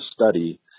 study